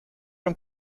und